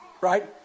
right